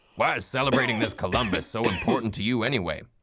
why is celebrating this columbus so important to you, anyway?